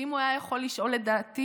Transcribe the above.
ואם יכול היה לשאול אותי לדעתי,